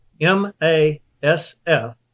M-A-S-F